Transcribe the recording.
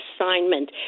assignment